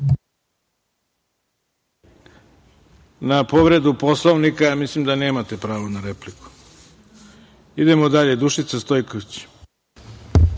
povredu Poslovnika mislim da nemate pravo na repliku. Idemo dalje. Dušica Stojković.